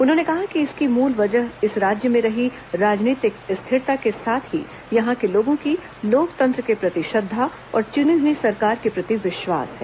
उन्होंने कहा कि इसकी मूल वजह इस राज्य में रही राजनीतिक स्थिरता के साथ ही यहां के लोगों की लोकतंत्र के प्रति श्रद्धा और चुनी हुई सरकार के प्रति विश्वास है